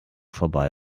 vorbei